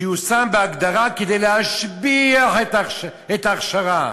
שתיושם בהדרגה כדי להשביח את ההכשרה,